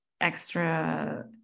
extra